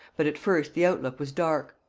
but at first the outlook was dark.